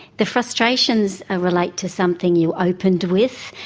the frustrations ah relate to something you opened with,